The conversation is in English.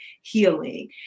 healing